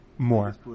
more